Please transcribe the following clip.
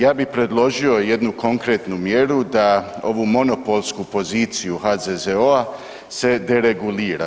Ja bih predložio jednu konkretnu mjeru da ovu monopolsku poziciju HZZO-a se deregulira.